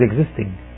existing